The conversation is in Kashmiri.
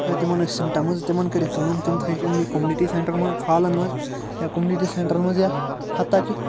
یا تِمَن ٲسۍ سِمٹَمٕز تِمَن کٔرِکھ کٲم تِم تھٲیِکھ اِمنٕے کوٚمنِٹی سٮ۪نٹَرن منٛز ہالَن منٛز یا کوٚمنِٹی سٮ۪نٹَرن منٛز یا ہَتا کہِ